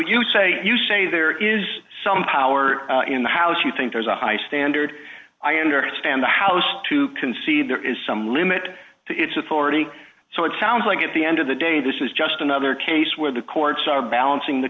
you say you say there is some power in the house you think there's a high standard i understand the house to concede there is some limit to its authority so it sounds like at the end of the day this is just another case where the courts are balancing the